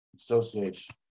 association